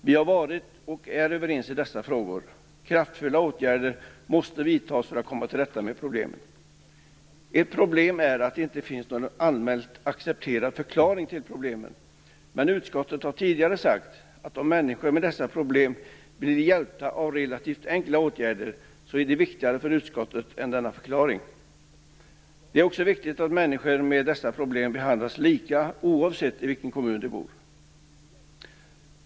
Vi har varit och vi är överens i dessa frågor. Kraftfulla åtgärder måste vidtas för att komma till rätta med problemen. Ett problem är att det inte finns någon allmänt accepterad förklaring till problemen. Men utskottet har tidigare sagt att om människor med dessa problem blir hjälpta av relativt enkla åtgärder är det viktigare för utskottet än denna förklaring. Det är också viktigt att människor med dessa problem behandlas lika oavsett i vilken kommun de bor.